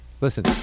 Listen